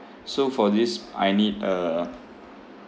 so for this I need a